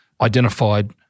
identified